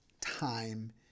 time